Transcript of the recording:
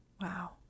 Wow